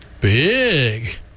big